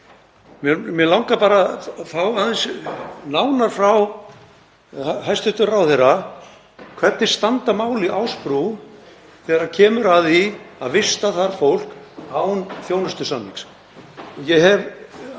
Mig langar bara að fá fram aðeins nánar frá hæstv. ráðherra: Hvernig standa málin á Ásbrú þegar kemur að því að vista þar fólk án þjónustusamnings?